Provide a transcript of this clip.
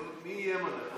מי איים עליך?